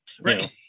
right